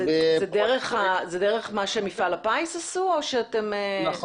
זה דרך מה שמפעל הפיס עשו או שאתם ---?